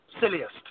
silliest